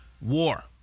war